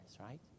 right